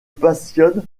passionne